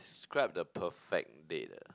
describe the perfect date ah